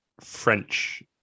French